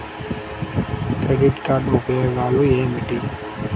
Credit card ఉపయోగాలు ఏమిటి?